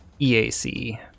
EAC